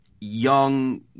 young